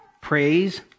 praise